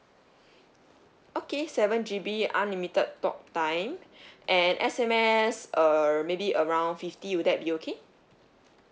okay seven G_B unlimited talk time and S_M_S err maybe around fifty will that be okay